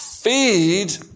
Feed